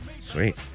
Sweet